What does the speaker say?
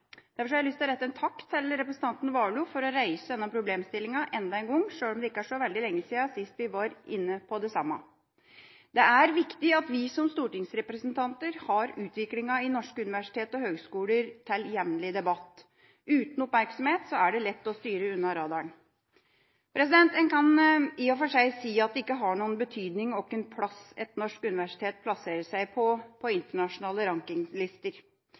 Derfor har jeg lyst til å rette en takk til representanten Warloe for å reise denne probemstillingen enda en gang, sjøl om det ikke er så veldig lenge siden sist vi var inne på det samme. Det er viktig at vi som stortingsrepresentanter har utviklingen i norske universitet og høgskoler til jevnlig debatt. Uten oppmerksomhet er det lett å styre unna radaren. En kan i og for seg si at det ikke har noen betydning hvilken plass et norsk universitet plasserer seg på på internasjonale rankinglister.